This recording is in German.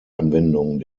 anwendung